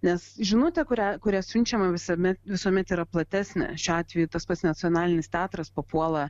nes žinutė kurią kurią siunčiama visame visuomet yra platesnė šiuo atveju tas pats nacionalinis teatras papuola